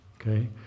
Okay